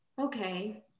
okay